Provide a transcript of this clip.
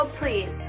please